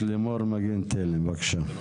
בבקשה.